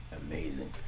Amazing